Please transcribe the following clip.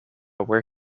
where